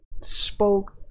spoke